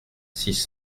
six